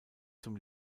zum